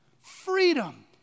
freedom